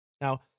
Now